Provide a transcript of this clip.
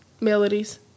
melodies